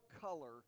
color